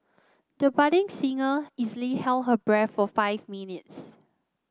the budding singer easily held her breath for five minutes